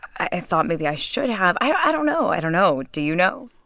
i thought maybe i should have. i don't know. i don't know. do you know?